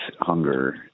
hunger